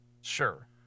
Sure